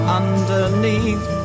underneath